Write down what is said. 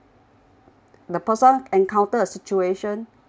the person encounter a situation